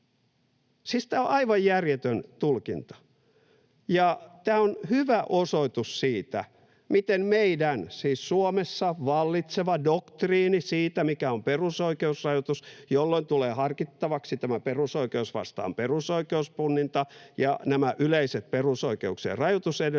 tämä on aivan järjetön tulkinta, ja tämä on hyvä osoitus siitä, miten meidän, siis Suomessa, vallitseva doktriini siitä, mikä on perusoikeusrajoitus, jolloin tulee harkittavaksi tämä perusoikeus vastaan perusoikeus ‑punninta ja nämä yleiset perusoikeuksien rajoitusedellytykset,